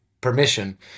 permission